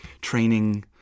training